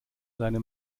seine